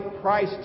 price